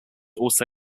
also